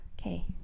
Okay